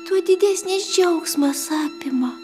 tuo didesnis džiaugsmas apima